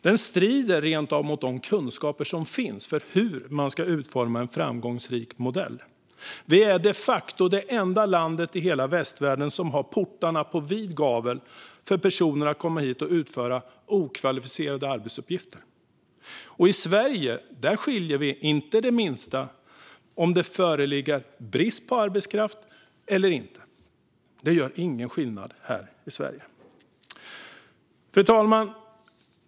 Den strider rent av mot de kunskaper som finns om hur man ska utforma en framgångsrik modell. Vi är de facto det enda landet i västvärlden som har portarna på vid gavel för personer att komma hit och utföra okvalificerade arbetsuppgifter. Här i Sverige skiljer vi inte det minsta på om det föreligger brist på arbetskraft eller inte. Fru talman!